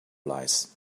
lice